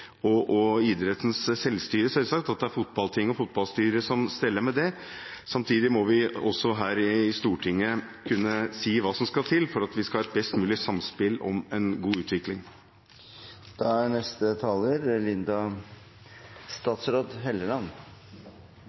det er fotballtinget og fotballstyret som steller med det. Samtidig må vi også her i Stortinget kunne si hva som skal til for at vi skal ha et best mulig samspill om en god utvikling. Jeg vil igjen takke interpellanten for at vi diskuterer denne saken. Det er